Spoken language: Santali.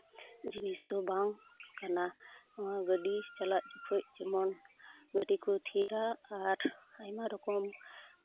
ᱡᱤᱱᱤᱥ ᱫᱚ ᱵᱟᱝ ᱠᱟᱱᱟ ᱱᱚᱣᱟ ᱜᱟᱹᱰᱤ ᱪᱟᱞᱟᱜ ᱡᱚᱠᱷᱚᱱ ᱡᱮᱢᱚᱱ ᱜᱟᱹᱰᱤ ᱠᱚ ᱛᱷᱤᱨᱟ ᱟᱨ ᱟᱭᱢᱟ ᱨᱚᱠᱚᱢ